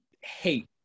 hate